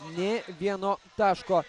nė vieno taško